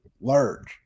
large